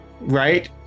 right